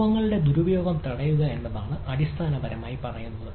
വിഭവങ്ങളുടെ ദുരുപയോഗം തടയുക എന്നാണ് അടിസ്ഥാനപരമായി പറയുന്നത്